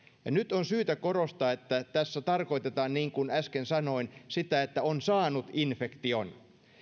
ja nyt on syytä korostaa että tässä tarkoitetaan niin kuin äsken sanoin sitä että on saanut infektion